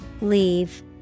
Leave